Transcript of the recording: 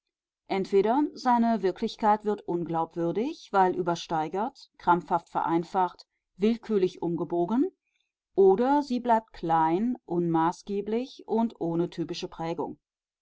entweder seine wirklichkeit wird unglaubwürdig weil übersteigert krampfhaft vereinfacht willkürlich umgebogen oder sie bleibt klein unmaßgeblich und ohne typische prägung